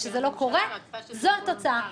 וכשזה לא קורה, זו התוצאה.